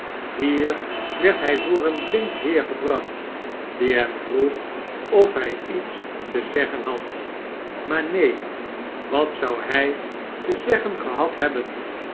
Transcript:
hier werd hij voor een blind heer gebracht die hem vroeg of hij iets te zeggen had maar neen wat zou hij te zeggen gehad hebben